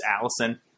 Allison